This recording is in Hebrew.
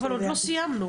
אבל עוד לא סיימנו,